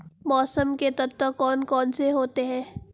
मौसम के तत्व कौन कौन से होते हैं?